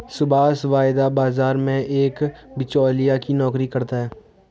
सुभाष वायदा बाजार में एक बीचोलिया की नौकरी करता है